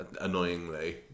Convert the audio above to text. annoyingly